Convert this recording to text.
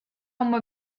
uma